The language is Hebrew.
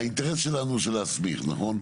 האינטרס שלנו, הרי, זה להסביר, נכון?